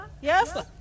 Yes